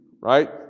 right